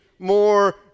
more